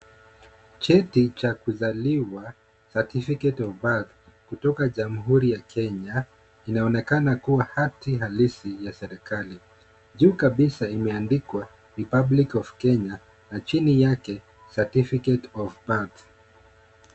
Cheti cha kuzaliwa certificate of birth kutoka Jamhuri ya Kenya, inaonyesha hati halisi ya serikali. Juu kabisa imeandikwa Republic of Kenya na chini yake certificate of birth .